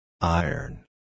Iron